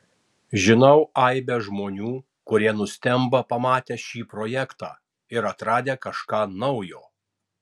žinau aibę žmonių kurie nustemba pamatę šį projektą ir atradę kažką naujo